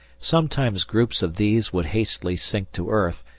sometimes groups of these would hastily sink to earth,